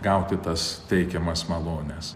gauti tas teikiamas malones